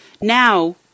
Now